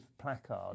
placard